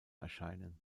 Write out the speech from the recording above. erscheinen